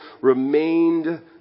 remained